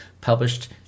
published